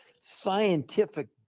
scientific